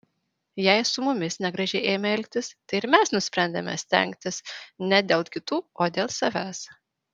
jei su mumis negražiai ėmė elgtis tai ir mes nusprendėme stengtis ne dėl kitų o dėl savęs